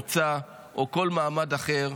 מוצא או כל מעמד אחר,